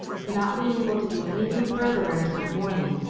not being able to do anything further until morning,